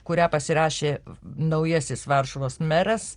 kurią pasirašė naujasis varšuvos meras